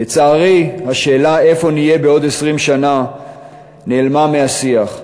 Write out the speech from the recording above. לצערי, השאלה איפה נהיה בעוד 20 שנה נעלמה מהשיח.